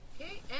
Okay